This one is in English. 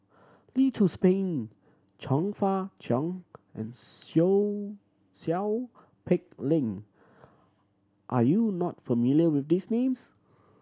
Lee Tzu Pheng Chong Fah Cheong and Seow Peck Leng are you not familiar with these names